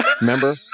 Remember